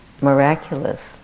miraculous